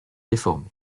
déformé